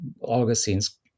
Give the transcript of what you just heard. augustine's